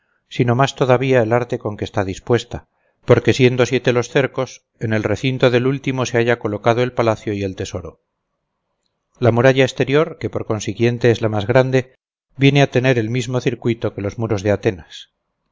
sino más todavía el arte con que está dispuesta porque siendo siete los cercos en el recinto del último se halla colocado el palacio y el tesoro la muralla exterior que por consiguiente es la más grande viene a tener el mismo circuito que los muros de atenas